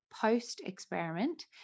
post-experiment